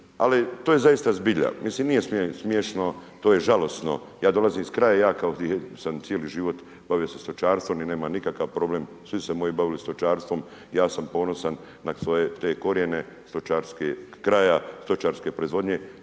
Ali to je zaista zbilja, mislim nije smiješno, to je žalosno, ja dolazim iz kraja, ja koji sam cijeli život bavio se stočarstvom i nemam nikakav problem, svi su se moji bavili stočarstvom, ja sam ponosan na svoje te korijene stočarske kraja, stočarske proizvodnje,